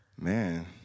man